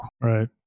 Right